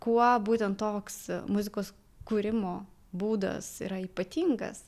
kuo būtent toks muzikos kūrimo būdas yra ypatingas